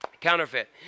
Counterfeit